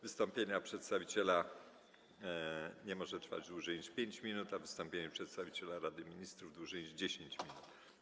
Wystąpienie przedstawiciela wnioskodawców nie może trwać dłużej niż 5 minut, a wystąpienie przedstawiciela Rady Ministrów - dłużej niż 10 minut.